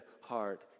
heart